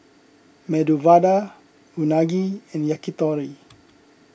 Medu Vada Unagi and Yakitori